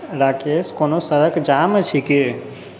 राकेश कोनो सड़क जाम अछि की